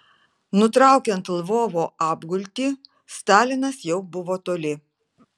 nutraukiant lvovo apgultį stalinas jau buvo toli